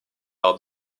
par